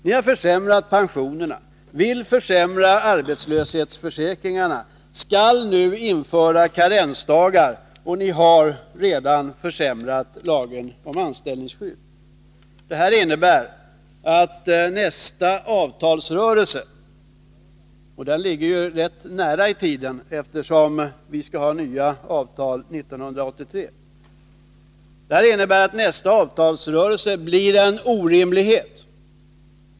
Ni har försämrat pensionerna, ni vill försämra arbetslöshetsförsäkringarna, ni skall nu införa karensdagar och ni har redan försämrat lagen om anställningsskydd. Det här innebär att nästa avtalsrörelse — som ligger rätt nära i tiden, eftersom vi skall ha nya avtal 1983 — blir en orimlighet.